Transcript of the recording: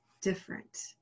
different